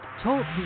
talk